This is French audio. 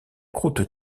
croûte